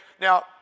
Now